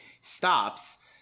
stops